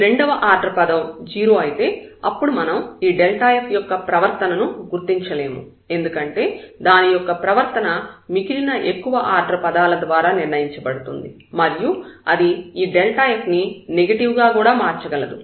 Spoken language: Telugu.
ఈ రెండవ ఆర్డర్ పదం 0 అయితే అప్పుడు మనం ఈ f యొక్క ప్రవర్తనను గుర్తించలేము ఎందుకంటే దాని యొక్క ప్రవర్తన మిగిలిన ఎక్కువ ఆర్డర్ పదాల ద్వారా నిర్ణయించబడుతుంది మరియు అది ఈ f ని నెగటివ్ గా కూడా మార్చగలదు